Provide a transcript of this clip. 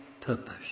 purpose